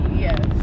Yes